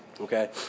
Okay